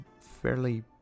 fairly